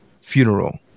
funeral